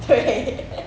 对